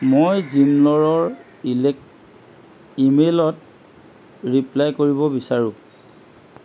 মই জিমলৰৰ ইলেক ইমেইলত ৰিপ্লাই কৰিব বিচাৰোঁ